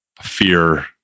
fear